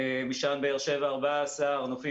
משען באר שבע 14 נפטרים,